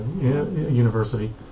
university